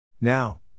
Now